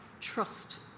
trust